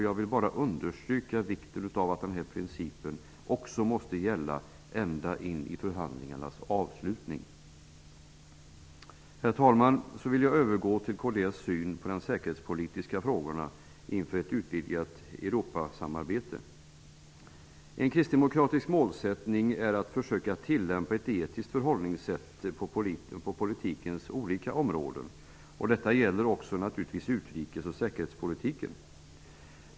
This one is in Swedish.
Jag vill bara understryka vikten av att denna princip också gäller tills dess att förhandlingarna är avslutade. Herr talman! Jag vill nu övergå till att tala om kds syn på de säkerhetspolitiska frågorna inför ett utvidgat Europasamarbete. En kristdemokratisk målsättning är att man skall försöka tillämpa ett etiskt förhållningssätt på politikens olika områden. Detta gäller naturligtvis också utrikes och säkerhetspolitiken.